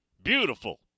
Beautiful